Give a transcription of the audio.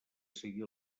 seguir